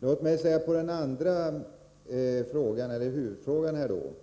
Låt mig sedan ta upp huvudfrågan om